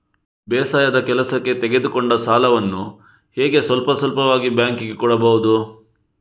ಬೇಸಾಯದ ಕೆಲಸಕ್ಕೆ ತೆಗೆದುಕೊಂಡ ಸಾಲವನ್ನು ಹೇಗೆ ಸ್ವಲ್ಪ ಸ್ವಲ್ಪವಾಗಿ ಬ್ಯಾಂಕ್ ಗೆ ಕೊಡಬಹುದು?